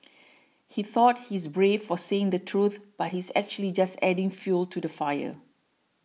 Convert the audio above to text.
he thought he's brave for saying the truth but he's actually just adding fuel to the fire